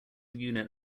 unit